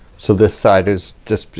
so this side is just,